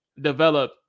develop